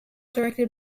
directed